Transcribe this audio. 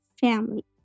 family